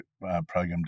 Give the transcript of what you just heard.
program